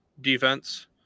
defense